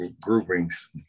groupings